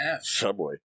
Subway